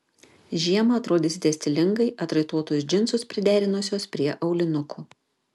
žiemą atrodysite stilingai atraitotus džinsus priderinusios prie aulinukų